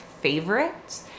favorite